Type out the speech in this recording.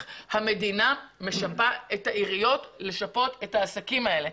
המדינה משפה את העיריות שישפו את העסקים האלה.